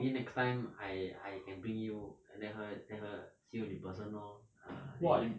maybe next time I I can bring you let her let her see you in person lor ah then